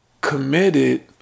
committed